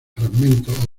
fragmentos